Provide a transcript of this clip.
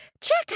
Check